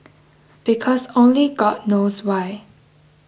because only god knows why